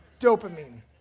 Dopamine